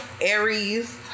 Aries